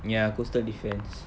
ya coastal defence